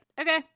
Okay